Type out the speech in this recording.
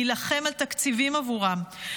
להילחם על תקציבים עבורם.